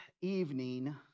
evening